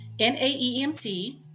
NAEMT